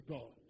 God